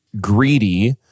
greedy